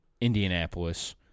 Indianapolis